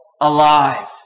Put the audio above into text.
alive